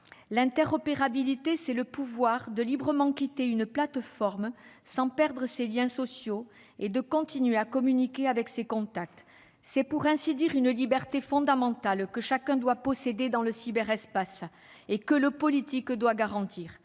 L'interopérabilité, c'est le pouvoir de librement quitter une plateforme, sans perdre ses liens sociaux, et de continuer à communiquer avec ses contacts. C'est pour ainsi dire une liberté fondamentale, que chacun doit posséder dans le cyberespace, et que le politique doit garantir.